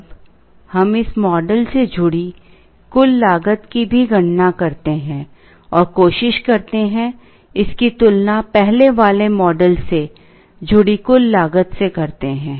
अब हम इस मॉडल से जुड़ी कुल लागत की भी गणना करते हैं और कोशिश करते हैं इसकी तुलना पहले वाले मॉडल से जुड़ी कुल लागत से करते हैं